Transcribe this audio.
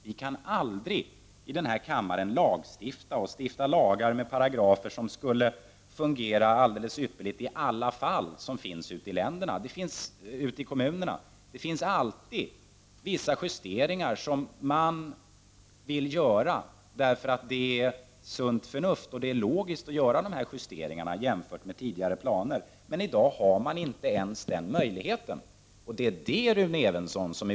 Vi kan aldrig i denna kammare stifta lagar med paragrafer som skulle fungera alldeles ypperligt i alla tänkbara fall som finns i kommunerna. Det finns alltid vissa justeringar som man vill göra, eftersom det är sunt förnuft och logiskt att göra justeringar i förhållande till tidigare planer. I dag har man dock inte ens den möjligheten. Detta är odemokratiskt, Rune Evensson.